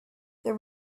there